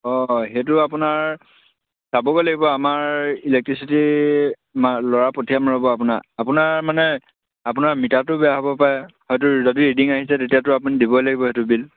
অঁ সেইটো আপোনাৰ চাবগৈ লাগিব আমাৰ ইলেক্ট্ৰিচিটি মা ল'ৰা পঠিয়াম ৰ'ব আপোনাৰ আপোনাৰ মানে আপোনাৰ মিটাৰটো বেয়া হ'ব পাৰে হয়টো যদি ৰেডিং আহিছে তেতিয়াতো আপুনি দিবই লাগিব সেইটো বিল